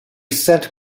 sent